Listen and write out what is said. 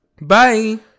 Bye